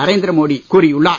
நரேந்திர மோடி கூறியுள்ளார்